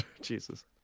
Jesus